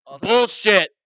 bullshit